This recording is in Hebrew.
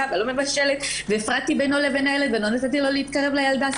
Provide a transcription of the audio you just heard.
ולא מבשלת והפרדתי בינו לבין הילדה ולא נתתי לו להתקרב לילדה.